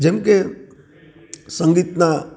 જેમકે સંગીતનાં